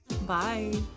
Bye